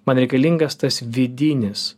man reikalingas tas vidinis